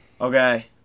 Okay